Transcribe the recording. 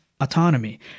autonomy